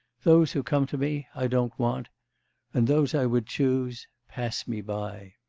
those who come to me, i don't want and those i would choose pass me by.